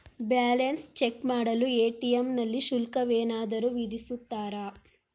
Balance check ಮಾಡಲು ATM ನಲ್ಲಿ ಶುಲ್ಕವೇನಾದರೂ ವಿಧಿಸುತ್ತಾರಾ?